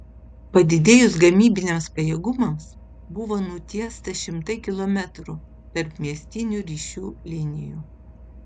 padidėjus gamybiniams pajėgumams buvo nutiesta šimtai kilometrų tarpmiestinių ryšių linijų